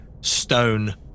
stone